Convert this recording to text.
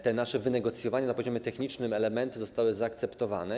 Te wynegocjowane na poziomie technicznym elementy zostały zaakceptowane.